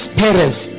parents